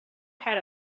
had